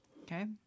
Okay